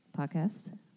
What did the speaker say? podcast